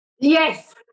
Yes